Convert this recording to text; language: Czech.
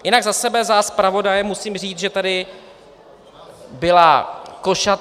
Jinak za sebe, za zpravodaje, musím říct, že tady byla košatá...